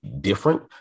different